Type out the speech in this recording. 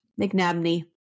mcnabney